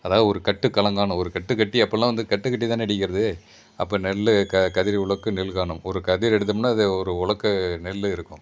அதா ஒரு கட்டு கலங்கான ஒரு கட்டு கட்டி அப்போலாம் வந்து கட்டு கட்டி தான அடிக்கிறது அப்போ நெல்லு க க கதிர் உலக்கு நெல் காணும் ஒரு கதிர் எடுத்தம்னா அது ஒரு உலக்க நெல்லு இருக்கும்